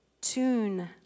tune